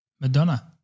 Madonna